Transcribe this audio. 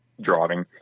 driving